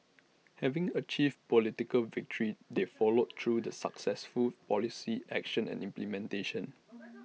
having achieved political victory they followed through the successful policy action and implementation